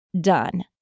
done